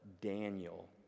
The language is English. Daniel